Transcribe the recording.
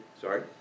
sorry